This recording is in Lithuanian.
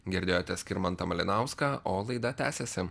girdėjote skirmantą malinauską o laida tęsiasi